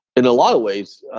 in a lot of ways